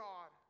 God